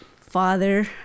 father